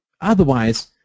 otherwise